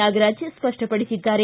Nagaraj ಸ್ಪಷ್ಟವಡಿಸಿದ್ದಾರೆ